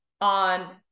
on